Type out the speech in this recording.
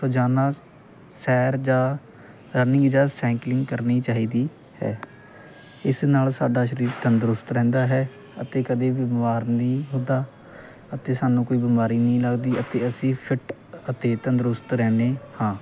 ਰੋਜ਼ਾਨਾ ਸੈਰ ਜਾਂ ਰਨਿੰਗ ਜਾਂ ਸਾਈਕਲਿੰਗ ਕਰਨੀ ਚਾਹੀਦੀ ਹੈ ਇਸ ਨਾਲ ਸਾਡਾ ਸਰੀਰ ਤੰਦਰੁਸਤ ਰਹਿੰਦਾ ਹੈ ਅਤੇ ਕਦੇ ਵੀ ਬਿਮਾਰ ਨਹੀਂ ਹੁੰਦਾ ਅਤੇ ਸਾਨੂੰ ਕੋਈ ਬਿਮਾਰੀ ਨਹੀਂ ਲੱਗਦੀ ਅਤੇ ਅਸੀਂ ਫਿੱਟ ਅਤੇ ਤੰਦਰੁਸਤ ਰਹਿੰਦੇ ਹਾਂ